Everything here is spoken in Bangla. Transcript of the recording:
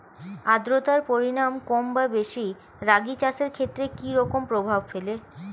আদ্রতার পরিমাণ কম বা বেশি রাগী চাষের ক্ষেত্রে কি রকম প্রভাব ফেলে?